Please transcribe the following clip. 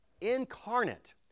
incarnate